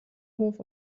hof